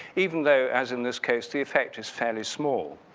even though as in this case the effect is fairly small.